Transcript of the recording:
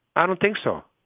i don't think so.